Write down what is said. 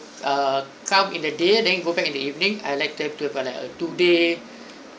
err come in the day then go back in the evening I would like them to have like err two days